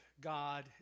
God